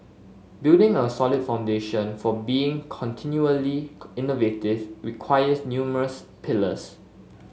building a solid foundation for being continually innovative requires numerous pillars